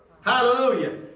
Hallelujah